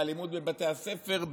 באלימות בבתי הספר,